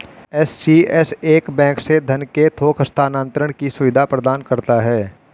ECS एक bank से धन के थोक हस्तांतरण की सुविधा प्रदान करता है